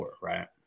right